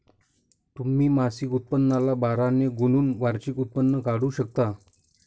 तुम्ही मासिक उत्पन्नाला बारा ने गुणून वार्षिक उत्पन्न काढू शकता